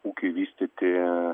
ūkiui vystyti